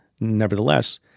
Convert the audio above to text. nevertheless